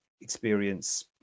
experience